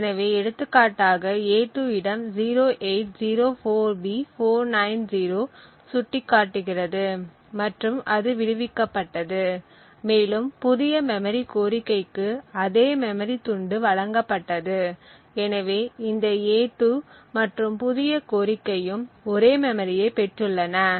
எனவே எடுத்துக்காட்டாக a2 இடம் 0804B490 சுட்டிக்காட்டுகிறது மற்றும் அது விடுவிக்கப்பட்டது மேலும் புதிய மெமரி கோரிக்கைக்கு அதே மெமரி துண்டு வழங்கப்பட்டது எனவே இந்த a2 மற்றும் புதிய கோரிக்கையும் ஒரே மெமரியை பெற்றுள்ளன